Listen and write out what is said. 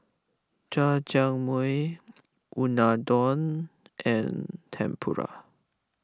Jajangmyeon Unadon and Tempura